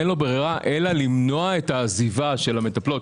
אין לו ברירה אלא למנוע את העזיבה של המטפלות,